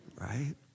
right